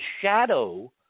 shadow